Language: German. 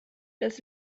dass